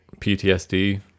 ptsd